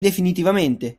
definitivamente